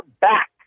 back